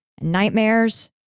nightmares